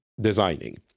Designing